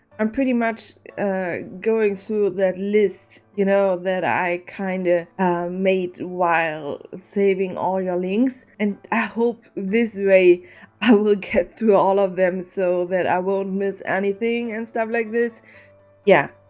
i'm pretty much ah going through that list. you know that i kinda made while saving all your links and i hope this way i will get through all of them so that i won't miss anything and stuff like this yeah,